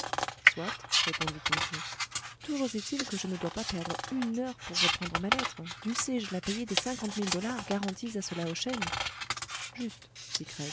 soit répondit kin fo toujours est-il que je ne dois pas perdre une heure pour reprendre ma lettre dussé-je la payer des cinquante mille dollars garantis à ce lao shen juste